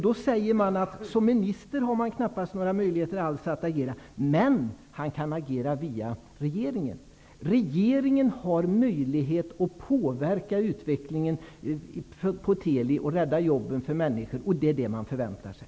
Då blev svaret: Som minister har man knappast några möjligheter alls att agera. Men ministern kan agera via regeringen. Regeringen har möjlighet att påverka utvecklingen på Teli och att rädda människors jobb. Det är vad man förväntar sig.